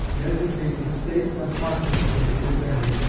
designate the states and parts of states, if any,